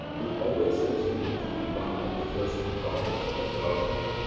will always continue to be one of the first problems of philosophy.